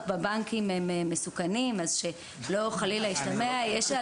בבנקים הם מסוכנים שלא חלילה ישתמע שזה